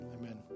Amen